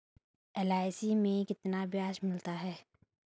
LIC में कितना ब्याज मिलता है?